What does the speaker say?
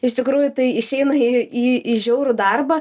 iš tikrųjų tai išeina į į į žiaurų darbą